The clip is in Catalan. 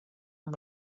amb